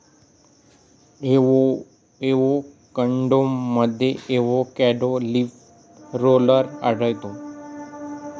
एवोकॅडोमध्ये avocado leaf roller आढळतो